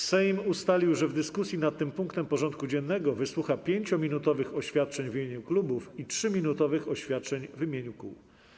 Sejm ustalił, że w dyskusji nad tym punktem porządku dziennego wysłucha 5-minutowych oświadczeń w imieniu klubów i 3-minutowych oświadczeń w imieniu kół.